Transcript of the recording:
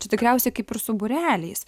čia tikriausiai kaip ir su būreliais